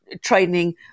training